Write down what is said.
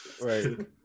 Right